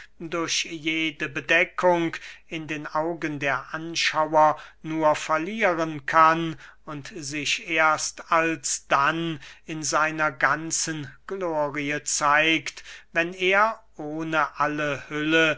durch jede bedeckung in den augen der anschauer nur verlieren kann und sich erst alsdann in seiner ganzen glorie zeigt wenn er ohne alle hülle